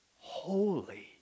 holy